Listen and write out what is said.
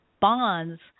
Bond's